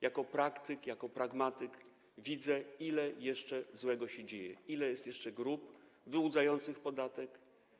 Jako praktyk, jako pragmatyk widzę, ile jeszcze złego się dzieje, ile jest jeszcze grup wyłudzających podatek.